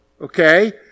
Okay